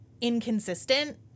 inconsistent